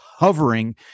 hovering